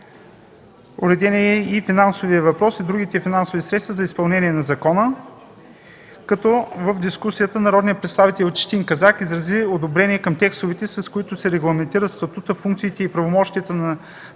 Уреден е финансовият въпрос и другите финансови средства за изпълнението на закона. В дискусията народният представител Четин Казак изрази одобрение към текстовете, с които се регламентира статутът, функциите и правомощията на